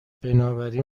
بنابراین